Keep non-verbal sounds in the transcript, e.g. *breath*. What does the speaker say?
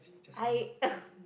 I *breath*